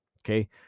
Okay